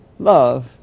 Love